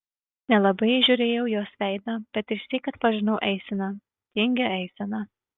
nelabai įžiūrėjau jos veidą bet išsyk atpažinau eiseną tingią eiseną